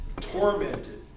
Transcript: tormented